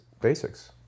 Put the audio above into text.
Basics